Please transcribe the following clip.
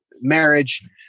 marriage